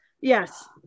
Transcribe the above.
Yes